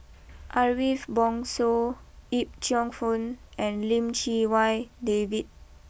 Ariff Bongso Yip Cheong fun and Lim Chee Wai David